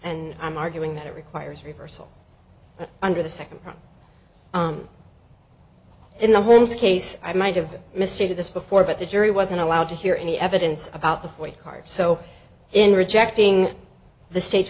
and i'm arguing that it requires reversal under the second in the homes case i might have misstated this before but the jury wasn't allowed to hear any evidence about the forty cards so in rejecting the state